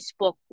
facebook